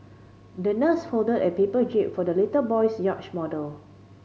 the nurse folded a paper jib for the little boy's yacht model